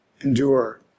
endure